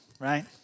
Right